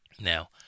now